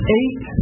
eight